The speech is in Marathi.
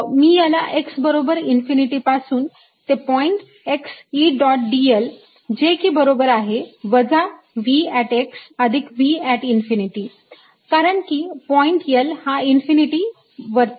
मी याला x बरोबर इन्फिनिटी पासून ते point x E dot dl जे की बरोबर आहे वजा V अधिक V इन्फिनिटी कारण की पॉईंट l हा इन्फिनिटी वरती आहे